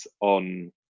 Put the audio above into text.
on